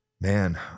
man